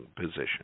position